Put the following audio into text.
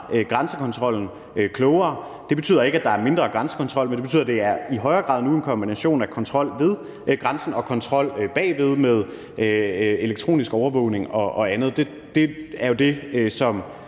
grænsekontrollen klogere, betyder ikke, at der er mindre grænsekontrol, men det betyder, at det i højere grad nu er en kombination af kontrol ved grænsen og kontrol bag grænsen med elektronisk overvågning og andet. Det er jo det, som